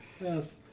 Yes